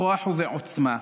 בכוח ובעוצמה,